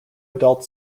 adult